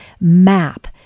MAP